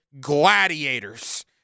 gladiators